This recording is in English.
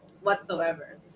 whatsoever